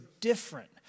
different